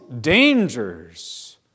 dangers